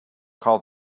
call